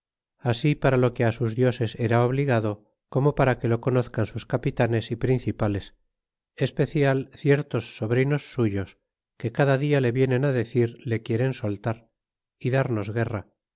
así para lo que sus dioses era obligado como para que lo conozcan sus capitanes y principales especial ciertos sobrinos suyos que cada dia le vienen á decir le quieren soltar y darnos guerra